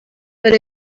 but